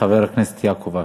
חבר הכנסת יעקב אשר.